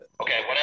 okay